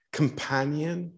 companion